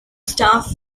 staff